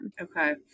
Okay